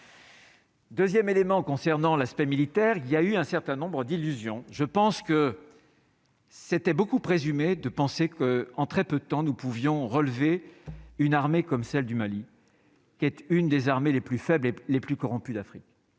2ème élément concernant l'aspect militaire, il y a eu un certain nombre d'illusions, je pense que c'était beaucoup présumé de penser que, en très peu de temps, nous pouvions relevé une armée comme celle du Mali, qui était une des armées les plus faibles et les plus corrompus d'Afrique,